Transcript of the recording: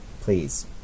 please